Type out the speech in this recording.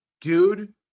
Dude